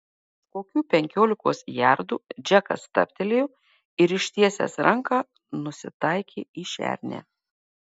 už kokių penkiolikos jardų džekas stabtelėjo ir ištiesęs ranką nusitaikė į šernę